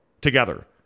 together